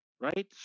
right